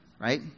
Right